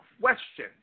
question